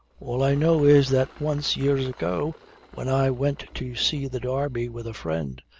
all i know is that once, years ago when i went to see the derby with a friend,